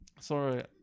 Sorry